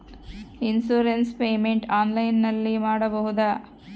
Insurance payment ಆನ್ಲೈನಿನಲ್ಲಿ ಮಾಡಬಹುದಾ?